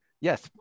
yes